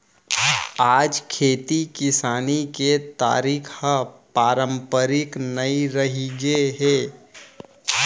आज खेती किसानी के तरीका ह पारंपरिक नइ रहिगे हे